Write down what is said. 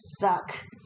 suck